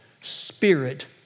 spirit